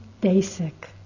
basic